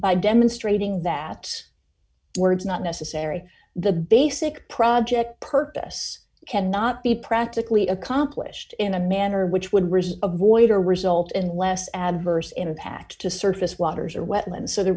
by demonstrating that words not necessary the basic project purpose cannot be practically accomplished in a manner which would avoid or result in less adverse impact to surface waters or wetlands so the